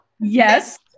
Yes